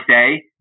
say